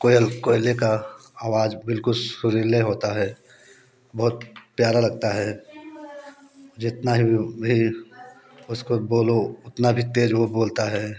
कोयल कोयले का आवाज़ बिल्कुल सुरीले होता है बहुत प्यारा लगता है जितना ही नहीं उसको बोलो उतना भी तेज़ वो बोलता है